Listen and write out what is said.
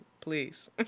Please